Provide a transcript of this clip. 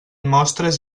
mostres